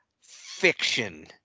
fiction